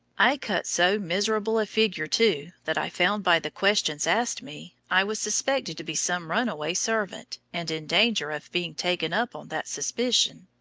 i cut so miserable a figure, too, that i found by the questions asked me, i was suspected to be some runaway servant, and in danger of being taken up on that suspicion.